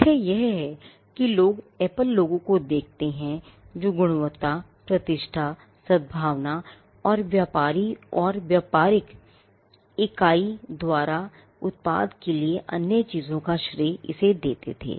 तथ्य यह है कि लोग Apple logo को देखते हैं और गुणवत्ता प्रतिष्ठा सद्भावना और व्यापारी और व्यापारिक इकाई द्वारा उत्पाद के लिए अन्य चीज़ों का श्रेय इसे देते थे